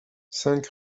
cinq